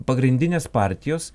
pagrindinės partijos